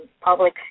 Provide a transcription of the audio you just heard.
public